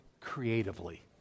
creatively